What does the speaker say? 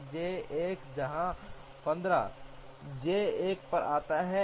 J 1 यहाँ 15 J 1 पर आता है